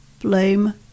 Blame